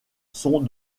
sont